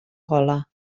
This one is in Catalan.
gola